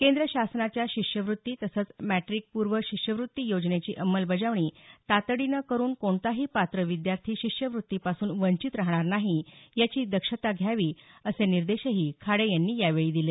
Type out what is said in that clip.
केंद्र शासनाच्या शिष्यवृत्ती तसंच मॅट्रिकपूर्व शिष्यवृत्ती योजनेची अंमलबजावणी तातडीनं करुन कोणताही पात्र विद्यार्थी शिष्यवृत्ती पासून वंचित राहणार नाही याची दक्षता घ्यावी असे निर्देशही खाडे यांनी यावेळी दिले